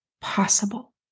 possible